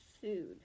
Food